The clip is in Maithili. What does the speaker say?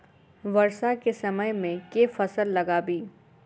वर्षा केँ समय मे केँ फसल लगाबी?